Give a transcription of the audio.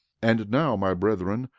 and now, my brethren,